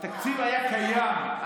התקציב היה קיים,